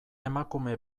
emakume